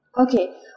Okay